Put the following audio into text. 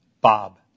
Bob